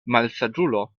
malsaĝulo